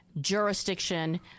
jurisdiction